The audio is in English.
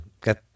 got